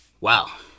Wow